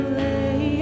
lay